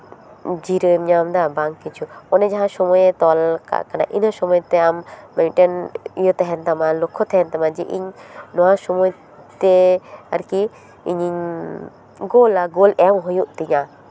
ᱡᱤᱨᱟᱹᱣ ᱧᱟᱢ ᱫᱟ ᱵᱟᱝ ᱠᱤᱪᱷᱩ ᱚᱱᱮ ᱡᱟᱦᱟᱸ ᱥᱚᱢᱚᱭᱮ ᱛᱚᱞ ᱠᱟᱜ ᱤᱱᱟᱹ ᱥᱚᱢᱚᱭ ᱛᱮ ᱟᱢ ᱢᱤᱫᱴᱮᱱ ᱤᱭᱟᱹ ᱛᱟᱦᱮᱱ ᱛᱟᱢᱟ ᱞᱚᱠᱠᱷᱚ ᱛᱟᱦᱮᱱ ᱛᱟᱢᱟ ᱡᱮ ᱤᱧ ᱱᱚᱣᱟ ᱥᱚᱢᱚᱭ ᱛᱮ ᱟᱨᱠᱤ ᱤᱧ ᱩᱱᱠᱩ ᱜᱳᱞ ᱮᱢ ᱦᱩᱭᱩᱜ ᱛᱤᱧᱟ